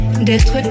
d'être